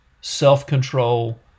Self-control